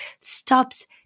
stops